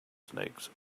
snakes